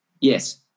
yes